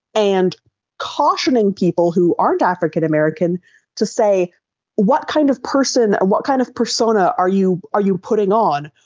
and cautioning people who aren't african american to say what kind of person, and what kind of persona are you are you putting on?